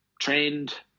trained